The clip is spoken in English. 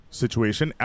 situation